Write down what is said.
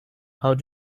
how